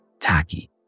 tacky